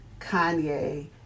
Kanye